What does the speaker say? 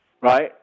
Right